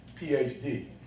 PhD